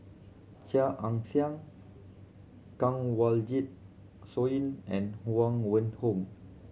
Chia Ann Siang Kanwaljit Soin and Huang Wenhong